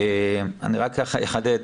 אני אחדד.